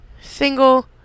single